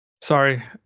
Sorry